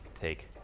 take